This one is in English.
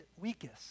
weakest